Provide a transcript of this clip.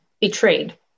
betrayed